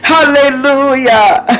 Hallelujah